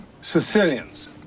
Sicilian's